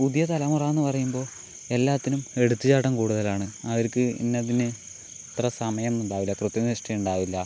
പുതിയ തലമുറയെന്ന് പറയുമ്പോൾ എല്ലാത്തിനും എടുത്ത് ചാട്ടം കൂടുതലാണ് അവർക്ക് ഇന്നതിന് ഇത്ര സമയെന്നുണ്ടാവൂലാ കൃത്യനിഷ്ഠ ഉണ്ടാവില്ല